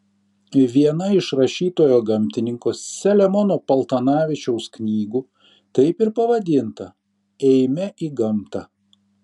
viena iš rašytojo gamtininko selemono paltanavičiaus knygų taip ir pavadinta eime į gamtą